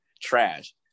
trash